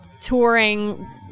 touring